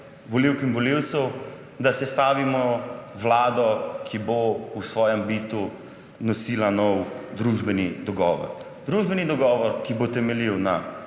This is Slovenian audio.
volivk in volivcev, da sestavimo vlado, ki bo v svojem bitu nosila nov družbeni dogovor. Družbeni dogovor, ki bo temeljil na